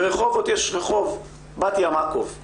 ברחובות יש רחוב בתיה מקוב.